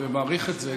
ומעריך את זה,